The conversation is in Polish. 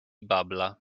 babla